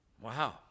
Wow